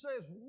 says